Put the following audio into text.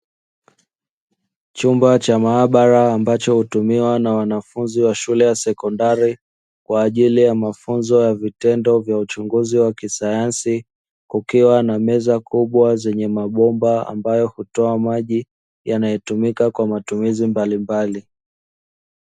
Chumba cha maabara ambacho hutumiwa na wanafunzi wa shule ya sekondari, kwa ajili ya mafunzo ya vitendo vya uchunguzi wa kisayansi, kukiwa na meza kubwa zenye mabomba ambayo hutoa maji yanayotumika kwa matumizi mbalimbali.